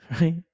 right